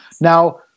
Now